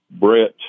Brett